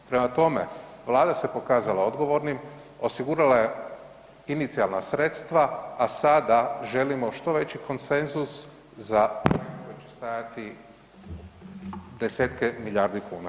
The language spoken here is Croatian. Prema tome, Vlada se pokazala odgovornim, osigurala je inicijalna sredstva a sada želimo što veći konsenzus za koji će stajati desetke milijardi kuna.